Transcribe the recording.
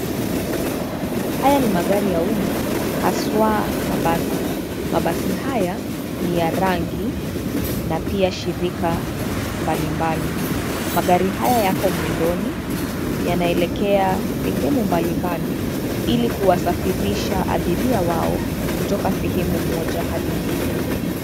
Haya ni magari ya umma, haswa mabasi. Mabasi haya ni ya rangi, na pia shirika mbalimbali. Magari haya yako mwendoni, yanaelekea sehemu mbalimbali, ili kuwasafirisha abiria wao, kutoka sehemu moja hadi nyingine.